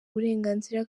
uburenganzira